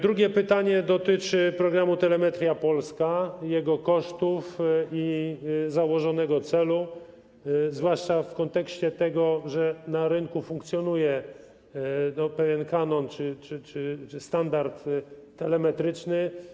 Drugie pytanie dotyczy programu Telemetria Polska, jego kosztów i założonego celu, zwłaszcza w kontekście tego, że na rynku funkcjonuje pewien kanon czy standard telemetryczny.